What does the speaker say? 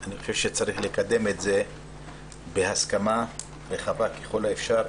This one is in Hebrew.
אני חושב שצריך לקדם את זה בהסכמה רחבה ככל האפשר,